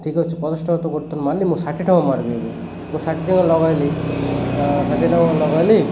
ଠିକ୍ ଅଛି ପଚାଶ ଟଙ୍କା ତ ଗୋଟେଥର ମାରିଲି ମୁଁ ଷାଠିଏ ଟଙ୍କା ମାରିବି ବି ମୁଁ ଷାଠିଏ ଟଙ୍କା ଲଗାଇଲି ଷାଠିଏ ଟଙ୍କା ଲଗାଇଲି